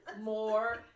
more